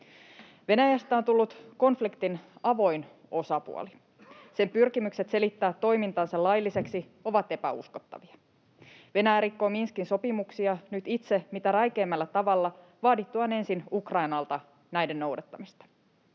Venäjästä on tullut konfliktin avoin osapuoli. Sen pyrkimykset selittää toimintansa lailliseksi ovat epäuskottavia. Venäjä rikkoo Minskin sopimuksia nyt itse mitä räikeimmällä tavalla vaadittuaan ensin Ukrainalta näiden noudattamista.